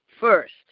first